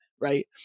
right